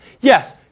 Yes